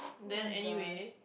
oh-my-God